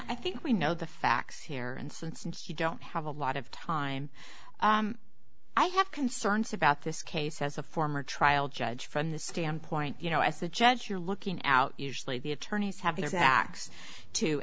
i think we know the facts here and since you don't have a lot of time i have concerns about this case as a former trial judge from the standpoint you know as the judge you're looking out usually the attorneys have their sacks to